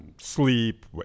sleep